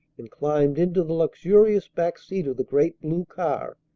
and climbed into the luxurious back seat of the great blue car,